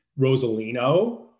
Rosalino